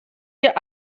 ihr